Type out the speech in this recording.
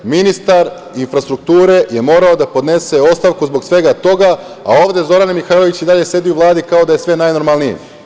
Ministar infrastrukture je morao da podnese ostavku zbog svega toga, a ovde Zorana Mihajlović i dalje sedi u Vladi kao da je sve najnormalnije.